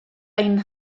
ein